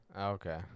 okay